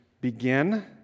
begin